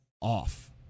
off